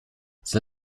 the